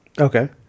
Okay